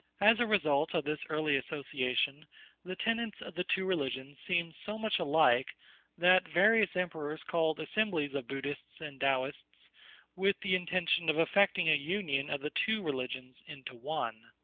as a result of this early association the tenets of the two religions seemed so much alike that various emperors called assemblies of buddhists and taoists with the intention of effecting a union of the two religions into one.